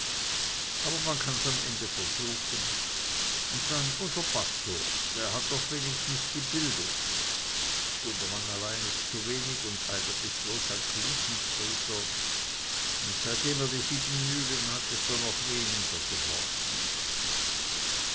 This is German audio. aber man kann's am ende versuchen und dann unser pastor der hat doch wenigstens die bildung gundermann allein ist zuwenig und eigentlich bloß ein klutentreter und seitdem er die siebenmühlen hat ist er noch weniger geworden